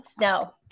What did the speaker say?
No